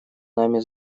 нами